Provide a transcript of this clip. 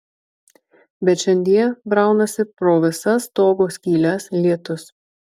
bet šiandie braunasi pro visas stogo skyles lietus